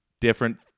different